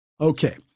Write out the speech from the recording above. Okay